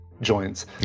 joints